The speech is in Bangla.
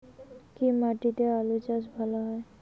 কি মাটিতে আলু চাষ ভালো হয়?